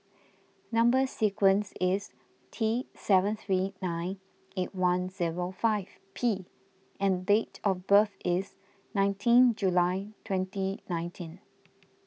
Number Sequence is T seven three nine eight one zero five P and date of birth is nineteen July twenty nineteen